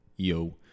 Yo